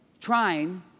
trying